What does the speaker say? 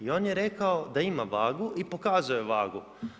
I on je rekao da ima vagu i pokazao je vagu.